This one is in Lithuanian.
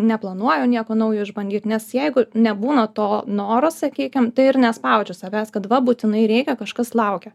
neplanuoju nieko naujo išbandyt nes jeigu nebūna to noro sakykim tai ir nespaudžiu savęs kad va būtinai reikia kažkas laukia